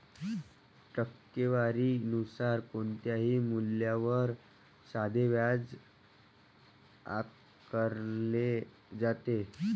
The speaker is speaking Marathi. टक्केवारी नुसार कोणत्याही मूल्यावर साधे व्याज आकारले जाते